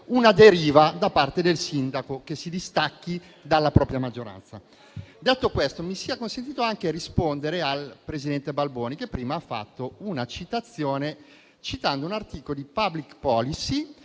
una deriva da parte del sindaco, che si distacchi dalla propria maggioranza. Detto questo, mi sia consentito anche rispondere al presidente Balboni, che prima ha citato un articolo di «PublicPolicy»